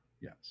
yes